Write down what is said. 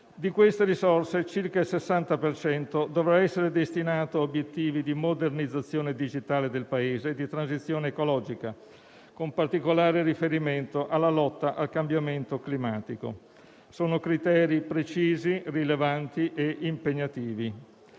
di queste risorse circa il 60 per cento dovrà essere destinato a obiettivi di modernizzazione digitale del Paese e di transizione ecologica, con particolare riferimento alla lotta al cambiamento climatico. Sono criteri precisi, rilevanti e impegnativi.